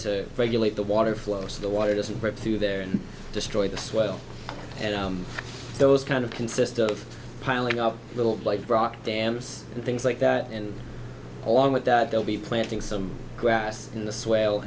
to regulate the water flow so the water doesn't break through there and destroy the swell and those kind of consist of piling up little like brought dams and things like that and along with that they'll be planting some grass in the s